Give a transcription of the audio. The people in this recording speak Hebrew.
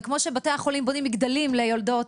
וכמו שבתי החולים בונים מגדלים ליולדות